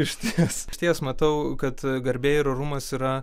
išties išties matau kad garbė ir orumas yra